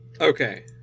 Okay